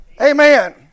Amen